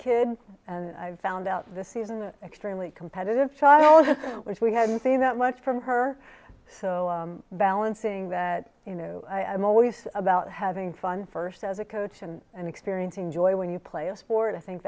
kid and i found out this season an extremely competitive child which we hadn't seen that much from her so balancing that you know i'm always about having fun first as a coach and and experiencing joy when you play a sport i think